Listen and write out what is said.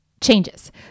changes